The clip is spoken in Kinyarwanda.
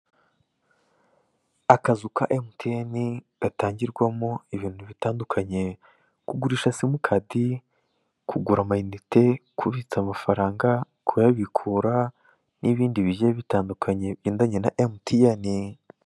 Akazu ka emutiyene gatangirwamo ibintu bitandukanye kugurisha simukadi, kugura amayinite, kubitsa amafaranga, kuyabikura n'ibindi bigiye bitandukanye bigendanye na emutiyene.